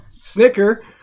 Snicker